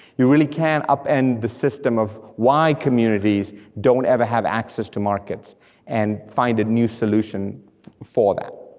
you really can upend the system of why communities don't ever have access to markets and find a new solution for that.